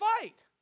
fight